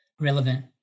relevant